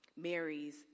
Mary's